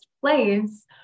place